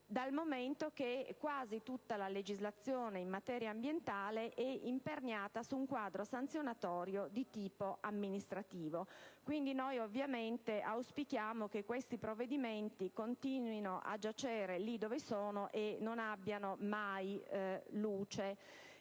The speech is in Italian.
dal momento che quasi tutta la legislazione in materia ambientale è imperniata su un quadro sanzionatorio di tipo amministrativo. Auspichiamo che questi provvedimenti continuino a giacere lì dove si trovano e non vedano mai la luce.